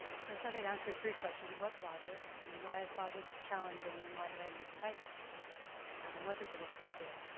so i thought i'd answer three questions what's logic and why is logic challenging and why did i need to write this book um and what does the workbook do?